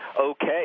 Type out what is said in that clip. okay